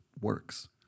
works